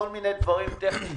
כל מיני דברים טכניים